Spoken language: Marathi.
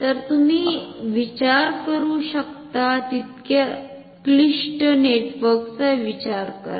तर तुम्ही विचार करू शकता तितक्या क्लिष्ट नेटवर्कचा विचार करा